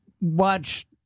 watch